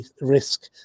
risk